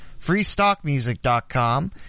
freestockmusic.com